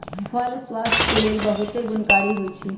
फल स्वास्थ्य के लेल बहुते गुणकारी होइ छइ